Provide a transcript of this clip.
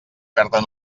perden